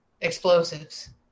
explosives